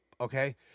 okay